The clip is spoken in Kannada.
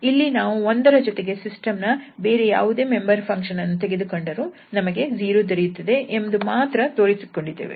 ಇಲ್ಲಿ ನಾವು 1 ರ ಜೊತೆಗೆ ಸಿಸ್ಟಮ್ ನ ಬೇರೆ ಯಾವುದೇ ಮೆಂಬರ್ ಫಂಕ್ಷನ್ ಅನ್ನು ತೆಗೆದುಕೊಂಡರೂ ನಮಗೆ 0 ದೊರೆಯುತ್ತದೆ ಎಂದು ಮಾತ್ರ ತೋರಿಸಿಕೊಟ್ಟಿದ್ದೇವೆ